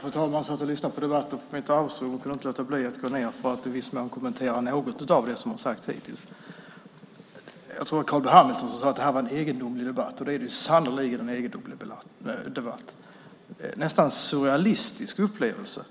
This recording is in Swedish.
Fru talman! Jag lyssnade till debatten på mitt arbetsrum och kunde inte låta bli att komma hit för att kommentera något av det som har sagts hittills. Jag tror att det var Carl B Hamilton som sade att det här är en egendomlig debatt. Det är sannerligen en egendomlig debatt. Det är nästan en surrealistisk upplevelse.